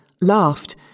laughed